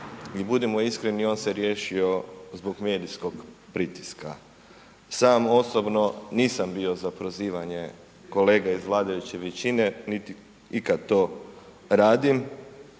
budimo iskreni on se riješio zbog medijskog pritiska, samo osobno nisam bio za prozivanje kolega iz vladajuće većine, niti ikad to radim,